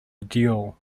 dual